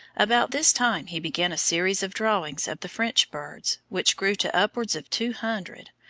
about this time he began a series of drawings of the french birds, which grew to upwards of two hundred,